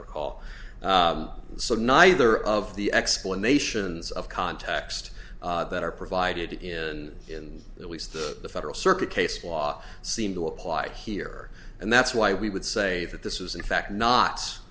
recall so neither of the explanations of context that are provided in in that we stood the federal circuit case watt seem to apply here and that's why we would say that this was in fact not